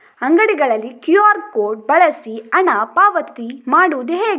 ಅಂಗಡಿಗಳಲ್ಲಿ QR code ಬಳಸಿ ಹಣ ಪಾವತಿ ಮಾಡೋದು ಹೇಗೆ?